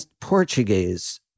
Portuguese